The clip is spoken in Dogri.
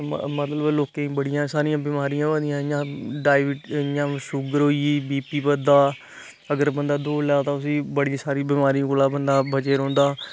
मतलब लोकें गी बड़ियां सारियां बिमारियां होआ दियां जियां डाइविज इयां शुगर होई गेई बी पी बधदा अगर बंदा दौड़ लाए ते उसी बड़ी सारी बिमारी कोला बंदा बचे रौंहदा